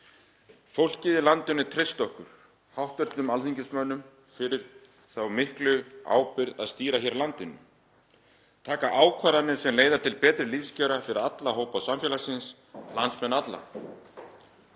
Fólkið í landinu treysti okkur hv. alþingismönnum fyrir þeirri miklu ábyrgð að stýra landinu, taka ákvarðanir sem leiða til betri lífskjara fyrir alla hópa samfélagsins, landsmenn alla.